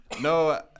no